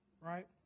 right